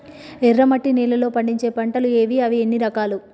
ఎర్రమట్టి నేలలో పండించే పంటలు ఏవి? అవి ఎన్ని రకాలు?